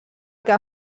que